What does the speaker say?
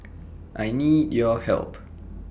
I need your help